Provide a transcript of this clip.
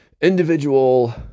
individual